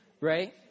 Right